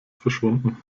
verschwunden